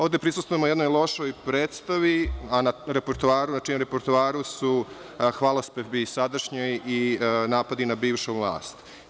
Ovde prisustvujemo jednoj lošoj predstavi, na čijem repertoaru su hvalospevi sadašnje i napadi na bivšu vlast.